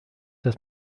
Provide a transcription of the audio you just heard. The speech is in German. dass